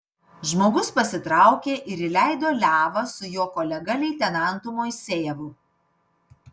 žmogus pasitraukė ir įleido levą su jo kolega leitenantu moisejevu